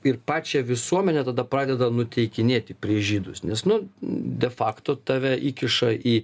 ir pačią visuomenę tada pradeda nuteikinėti prieš žydus nes nu de fakto tave įkiša į